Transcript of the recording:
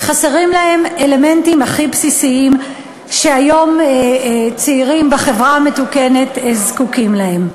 חסרים להם אלמנטים הכי בסיסיים שהיום צעירים בחברה המתוקנת זקוקים להם.